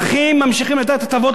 ממשיכים לתת הטבות לחברות.